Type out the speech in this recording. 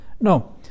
No